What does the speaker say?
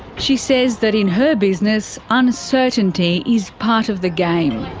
she says that in her business uncertainty is part of the game.